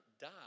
die